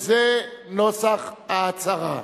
זה נוסח ההצהרה: